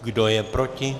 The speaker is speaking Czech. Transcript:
Kdo je proti?